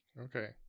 okay